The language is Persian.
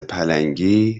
پلنگی